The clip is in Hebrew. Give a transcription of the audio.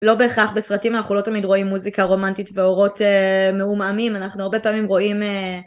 לא בהכרח בסרטים אנחנו לא תמיד רואים מוזיקה רומנטית ואורות מעומעים אנחנו הרבה פעמים רואים